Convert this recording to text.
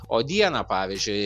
o dieną pavyžiui